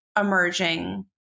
emerging